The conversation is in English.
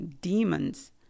demons